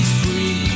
free